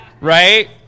right